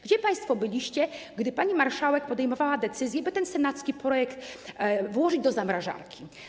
Gdzie państwo byliście, gdy pani marszałek podejmowała decyzję, by ten senacki projekt włożyć do zamrażarki?